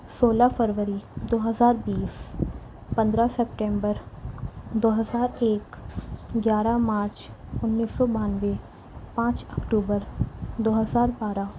سولہ فروری دوہزار بیس پندرہ سپٹمبر دو ہزار ایک گیارہ مارچ اُنیس سو بانوے پانچ اکتوبر دو ہزار بارہ